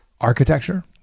Architecture